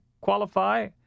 qualify